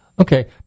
Okay